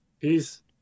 Peace